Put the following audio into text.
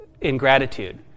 ingratitude